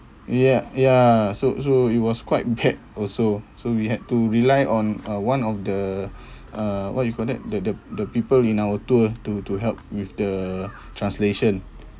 ya ya so so it was quite bad also so we had to rely on uh one of the uh what you call that the the the people in our tour to to help with the translation